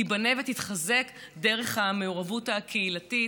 תיבנה ותתחזק דרך המעורבות הקהילתית,